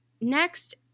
Next